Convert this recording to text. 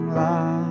love